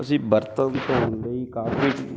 ਅਸੀਂ ਬਰਤਨ ਧੋਣ ਲਈ ਕਾਫੀ